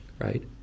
right